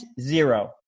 zero